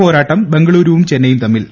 പോരാട്ടം ബാംഗ്ലൂരുവും ചെന്നൈയും തമ്മിൽ